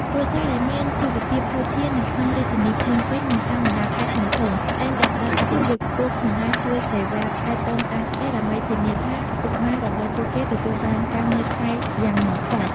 គ្រួសារដែលមានជីវភាពធូរធារនៅក្នុងរាជធានីភ្នំពេញ និងតាមបណ្ដាខេត្តធំៗ តែងតែផ្ដល់អាទិភាពខ្ពស់ក្នុងការជួលសេវាថែទាំតាមផ្ទះ ដើម្បីធានាថាពុកម៉ែរបស់ពួកគេទទួលបានការមើលថែយ៉ាងហ្មត់ចត់។